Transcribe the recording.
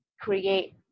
create